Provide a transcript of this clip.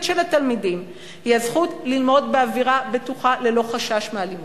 של התלמידים היא הזכות ללמוד באווירה בטוחה ללא חשש מאלימות.